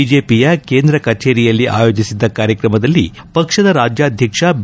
ಬಿಜೆಪಿಯ ಕೇಂದ್ರ ಕಚೇರಿಯಲ್ಲಿ ಆಯೋಜಿಸಿದ್ದ ಕಾರ್ಯಕ್ರಮದಲ್ಲಿ ಪಕ್ಷದ ರಾಜ್ಯಾಧಕ್ಷ ಬಿ